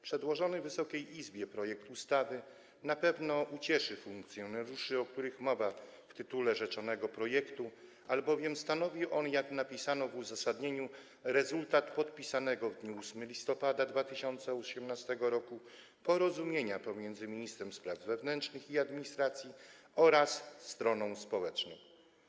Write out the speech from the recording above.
Przedłożony Wysokiej Izbie projekt ustawy na pewno ucieszy funkcjonariuszy, o których mowa w tytule rzeczonego projektu, albowiem stanowi on, jak napisano w uzasadnieniu, rezultat podpisanego w dniu 8 listopada 2018 r. porozumienia pomiędzy ministrem spraw wewnętrznych i administracji a stroną społeczną.